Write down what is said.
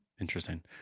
interesting